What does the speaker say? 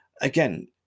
again